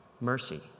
mercy